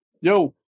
Yo